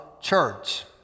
church